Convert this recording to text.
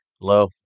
Hello